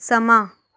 ਸਮਾਂ